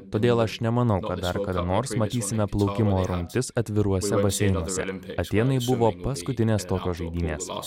todėl aš nemanau kad dar kada nors matysime plaukimo rungtis atviruose baseinuose atėnai buvo paskutinės tokios žaidynės